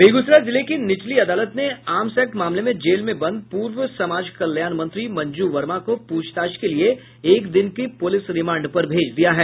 बेगूसराय जिले की निचली अदालत ने आर्म्स एक्ट मामले में जेल में बंद पूर्व समाज कल्याण मंत्री मंजू वर्मा को पूछताछ के लिये एक दिन की पुलिस रिमांड पर भेज दिया है